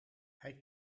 hij